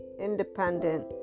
independent